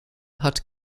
hat